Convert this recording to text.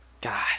God